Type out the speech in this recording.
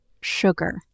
sugar